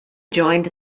joined